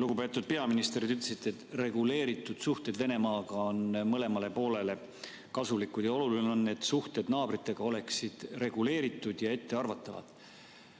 Lugupeetud peaminister! Te ütlesite, et reguleeritud suhted Venemaaga on mõlemale poolele kasulikud ja oluline on, et suhted naabritega oleksid reguleeritud ja ettearvatavad.